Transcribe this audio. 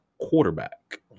quarterback